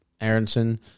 Aronson